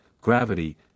gravity